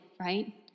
right